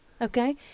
Okay